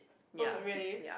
oh really